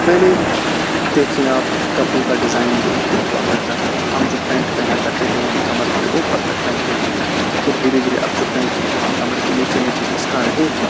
پہلے دیکھیں آپ کہ کپڑوں کا ڈیزائن بھی مختلف ہوا کرتا تھا ہم جو پینٹ پہنا کرتے تھے وہ ہم کمر کے اوپر تک پہنتے تھے پھر دھیرے دھیرے اب جو پینٹ ہے وہ ہم کمر کے نیچے نیچے کھسکا رہے ہیں